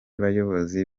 bayobozi